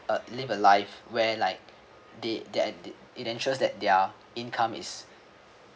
uh live a life where like they they're it ensures their income is